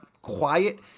quiet